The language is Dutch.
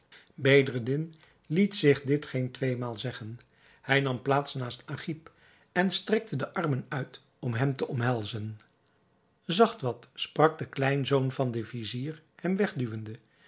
bedreddin liet zich dit geen tweemaal zeggen hij nam plaats naast agib en strekte de armen uit om hem te omhelzen zacht wat sprak de kleinzoon van den vizier hem